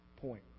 point